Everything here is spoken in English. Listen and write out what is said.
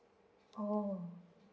oh